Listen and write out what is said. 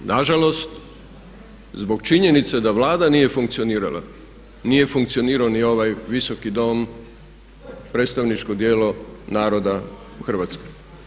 Na žalost zbog činjenice da Vlada nije funkcionirala nije funkcionirao ni ovaj Visoki dom, predstavničko djelo naroda Hrvatske.